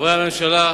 חברי הממשלה,